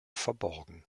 verborgen